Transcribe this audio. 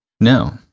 No